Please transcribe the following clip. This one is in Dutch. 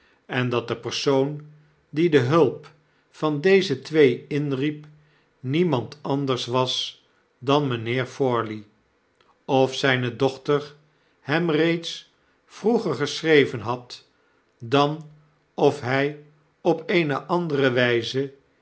en dat de persoon die de hulp van deze twee inriep niemand anders was dan mijnheer forley of zijne dochter hem reeds vroeger geschreven had dan of hij op eene andere wys